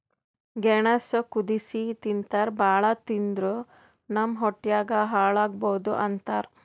ಗೆಣಸ್ ಕುದಸಿ ತಿಂತಾರ್ ಭಾಳ್ ತಿಂದ್ರ್ ನಮ್ ಹೊಟ್ಯಾಗ್ ಹಳ್ಳಾ ಆಗಬಹುದ್ ಅಂತಾರ್